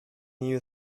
new